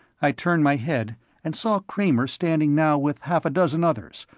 i turned my head and saw kramer standing now with half a dozen others,